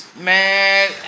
Man